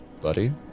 buddy